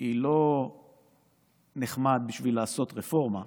היא לא נחמדה בשביל לעשות רפורמה,